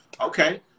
Okay